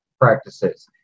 practices